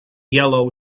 yellow